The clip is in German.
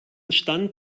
stand